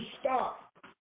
stop